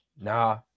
nah